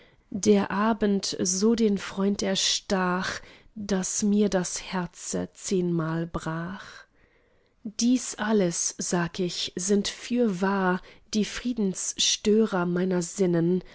der abend so den freund erstach daß mir das herze zehnmal brach dies alles sag ich sind fürwahr die friedensstörer meiner sinnen